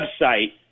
website